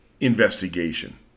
investigation